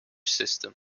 system